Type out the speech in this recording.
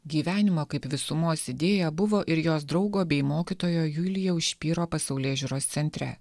gyvenimo kaip visumos idėja buvo ir jos draugo bei mokytojo julijaus špyro pasaulėžiūros centre